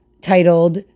titled